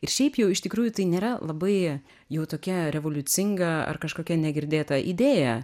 ir šiaip jau iš tikrųjų tai nėra labai jau tokia revoliucinga ar kažkokia negirdėta idėja